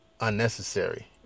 unnecessary